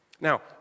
Now